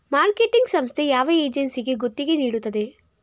Marketing ಸಂಸ್ಥೆ ಯಾವ ಏಜೆನ್ಸಿಗೆ ಗುತ್ತಿಗೆ ನೀಡುತ್ತದೆ?